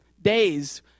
days